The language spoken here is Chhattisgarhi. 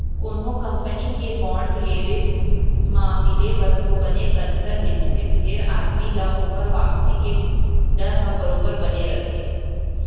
कोनो कंपनी के बांड लेवब म मिले बर तो बने कंतर मिलथे फेर आदमी ल ओकर वापसी के डर ह बरोबर बने रथे